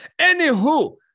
Anywho